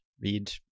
Read